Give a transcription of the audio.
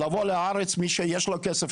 לבוא לארץ מי שיש לו כסף,